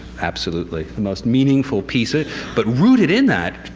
absolutely the most meaningful piece. ah but rooted in that,